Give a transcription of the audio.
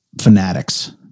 fanatics